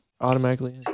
automatically